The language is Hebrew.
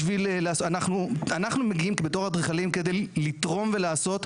אנחנו מגיעים בתור אדריכלים כדי לתרום ולעשות,